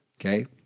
okay